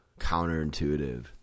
counterintuitive